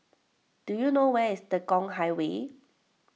do you know where is Tekong Highway